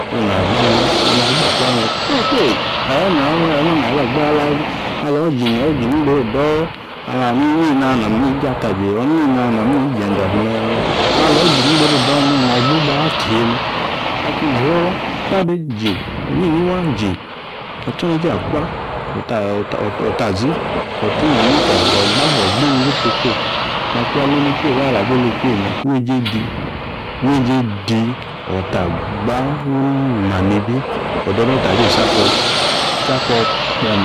Ong na gba me̱na, ong na gba akwame̱ kpoyi kpoyi. Ayoma naba gba ya alo iji no iji ni ngboru odo̱ ala hani neyi na ayo nami iji ataje, neyi na ayo̱ nami iji e̱nde̱ abrino̱ yame̱ Alo iji ngboru odo̱ me̱ na gbogba akihe me. Akung afioro, kpade ji, inyiyi waa iji. Otsoneje akwa O̱ta zi ota ina niefya wa gba wa gba imunzi kpoyi kpoyi. Makwa alabo olechu eeyi me̱ weeje di, weeje di